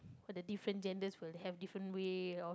but the different genders will have different way of